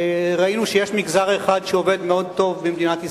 ראינו שיש מגזר אחד שעובד מאוד טוב במדינת ישראל,